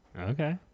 Okay